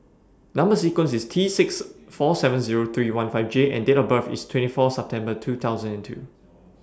Number sequence IS T six four seven Zero three one five J and Date of birth IS twenty four September two thousand and two